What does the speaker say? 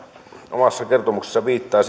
omassa kertomuksessaan viittaa